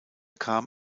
kam